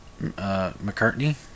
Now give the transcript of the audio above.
McCartney